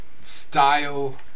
style